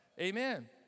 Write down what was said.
Amen